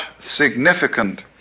significant